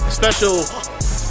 special